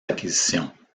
acquisitions